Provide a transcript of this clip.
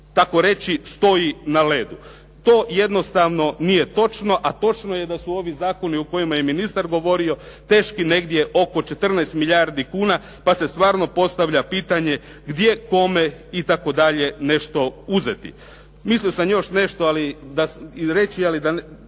tako reći stoji na ledu. To jednostavno nije točno, a točno je da su ovi zakoni o kojima je ministar govorio teški negdje oko 14 milijardi kuna, pa se stvarno postavlja pitanje gdje, kome itd. nešto uzeti. Mislio sam još nešto reći, ali